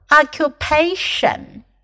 Occupation